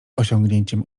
osiągnięciem